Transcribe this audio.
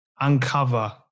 uncover